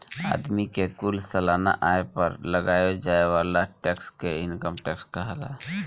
आदमी के कुल सालाना आय पर लगावे जाए वाला टैक्स के इनकम टैक्स कहाला